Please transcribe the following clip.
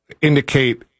indicate